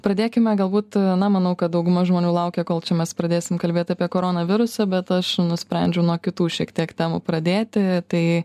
pradėkime galbūt na manau kad dauguma žmonių laukia kol čia mes pradėsim kalbėt apie koronavirusą bet aš nusprendžiau nuo kitų šiek tiek temų pradėti tai